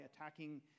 attacking